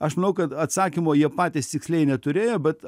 aš manau kad atsakymo jie patys tiksliai neturėjo bet